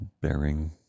bearing